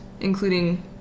including